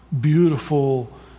beautiful